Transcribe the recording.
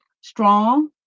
strong